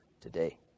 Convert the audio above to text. today